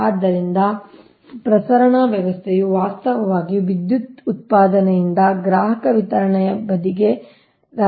ಆದ್ದರಿಂದ ಪ್ರಸರಣ ವ್ಯವಸ್ಥೆಯು ವಾಸ್ತವವಾಗಿ ವಿದ್ಯುತ್ ಉತ್ಪಾದನೆಯಿಂದ ಗ್ರಾಹಕ ವಿತರಣೆಯ ಬದಿಗೆ ಬಲಕ್ಕೆ ರವಾನಿಸುತ್ತದೆ